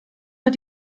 hat